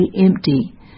empty